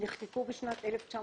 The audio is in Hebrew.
נחקקו בשנת 1950,